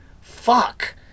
fuck